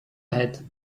ahead